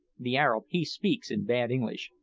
the arab he speaks in bad english,